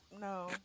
no